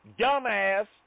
dumbass